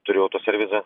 turiu autoservisą